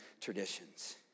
traditions